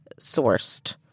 sourced